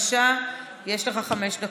בבקשה, יש לך חמש דקות.